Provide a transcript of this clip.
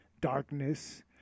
darkness